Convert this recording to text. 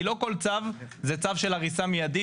כי לא כל צו זה צו של הריסה מיידית,